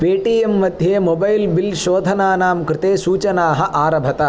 Paytm मध्ये mobile bill शोधनानां कृते सूचनाः आरभत